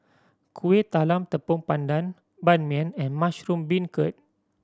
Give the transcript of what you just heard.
Kuih Talam Tepong Pandan Ban Mian and mushroom beancurd